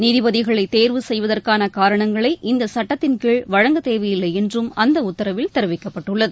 நீதிபதிகளை தேர்வு செய்வதற்கான காரணங்களை இந்த சுட்டத்தின்கீழ் வழங்க தேவையில்லை என்றும் அந்த உத்தரவில் தெரிவிக்கப்பட்டுள்ளது